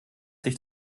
sich